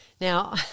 Now